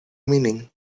meaning